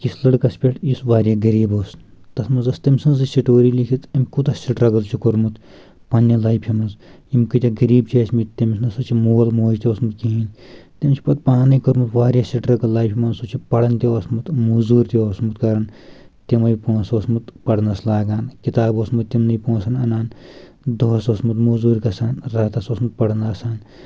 أکِس لٔڑکَس پؠٹھ یُس واریاہ غریٖب اوس تتھ منٛز ٲس تٔمۍ سٕنٛزٕے سٹوری لیٚکھِتھ أمۍ کوٗتاہ سٹرگٕل چھُ کوٚرمُت پننہِ لایفہِ منٛز یِم کۭتیٛاہ غریٖب چھِ ٲسۍ مٕتۍ تٔمِس نَسا چھُ مول موج تہِ اوسمُت کِہیٖنۍ تٔمۍ چھِ پتہٕ پانے کوٚرمُت واریاہ سٹرگٕل لایفہِ منٛز سُہ چھُ پَران تہِ اوسمُت موزورۍ تہِ اوسمُت کرَان تِمے پونٛسہٕ اوسمُت پَرنَس لاگان کِتاب اوسمُت تِمنٕے پونٛسَن اَنان دۄہَس اوسمُت موزوٗر گژھان راتس اوسمُت پران آسان